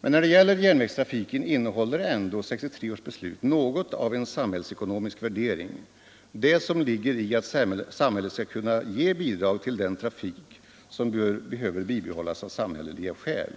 Men när det gäller järnvägstrafiken innebär ändå 1963 års beslut som på ett helt annat sätt ger utrymme för samhällsekonomiska samhället skall kunna ge bidrag till den trafik som behöver bibehållas av samhälleliga skäl.